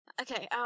Okay